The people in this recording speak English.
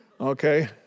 Okay